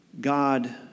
God